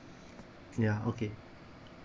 ya okay